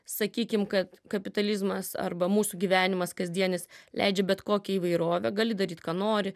sakykim kad kapitalizmas arba mūsų gyvenimas kasdienis leidžia bet kokią įvairovę gali daryt ką nori